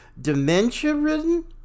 dementia-ridden